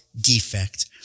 defect